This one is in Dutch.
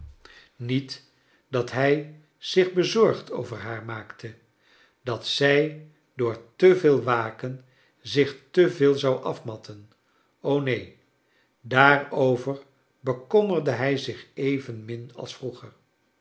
niet dat hij zich bezorgd over haar maakte dat zij door te veel waken zich te veel zou afmatten o neen r daarover bekommerde hij zich evenmin als vroeger